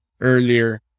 earlier